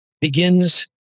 begins